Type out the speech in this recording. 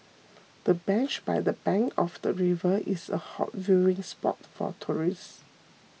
the bench by the bank of the river is a hot viewing spot for tourists